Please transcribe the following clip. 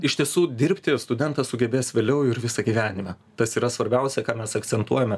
iš tiesų dirbti studentas sugebės vėliau ir visą gyvenimą tas yra svarbiausia ką mes akcentuojame